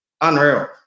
Unreal